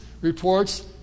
reports